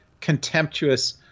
contemptuous